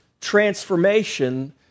transformation